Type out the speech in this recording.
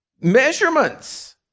measurements